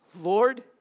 Lord